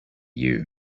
you